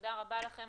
תודה רבה לכם.